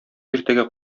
иртәгә